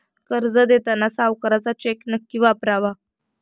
कर्ज देताना सावकाराचा चेक नक्की वापरावा